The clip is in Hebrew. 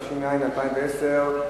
התש"ע 2010,